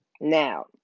Now